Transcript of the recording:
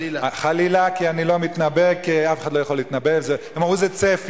בירושלים כי החוק המוצע אינו עולה בקנה אחד,